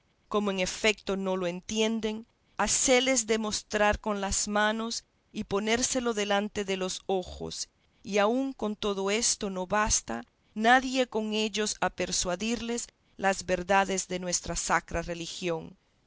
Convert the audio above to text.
como en efeto no lo entienden háseles de mostrar con las manos y ponérselo delante de los ojos y aun con todo esto no basta nadie con ellos a persuadirles las verdades de mi sacra religión